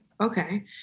okay